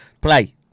play